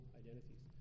identities